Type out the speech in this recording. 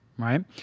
right